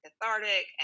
cathartic